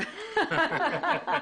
משכנע,